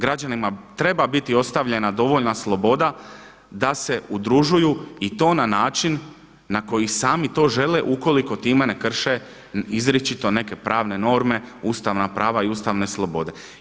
Građanima treba biti ostavljena dovoljna sloboda da se udružuju i to na način na koji sami to žele ukoliko time ne krše izričito neke pravne norme, ustavna prava i ustavne slobode.